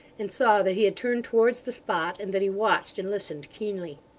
and saw that he had turned towards the spot, and that he watched and listened keenly.